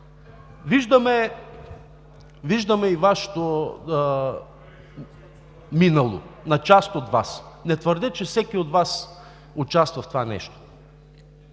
Виждаме и Вашето минало – на част от Вас, не твърдя, че всеки от Вас участва в това нещо,